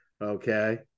Okay